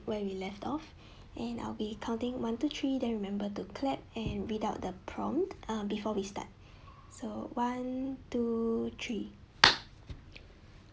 where we left off and I'll be counting one two three then remember to clap and without the prompt before we start so one two three